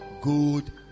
good